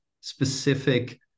specific